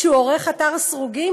שהוא עורך האתר "סרוגים",